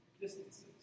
distances